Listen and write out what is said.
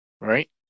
Right